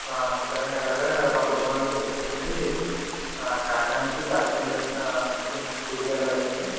sir మేము ఇలాగ మా కుటుంబంతో కలిసి కాకినాడ నుండి ద్రాక్షారామం గుడికి వెళ్ళాలండి